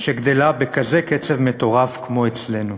"שגדלה בכזה קצב מטורף כמו אצלנו".